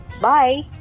bye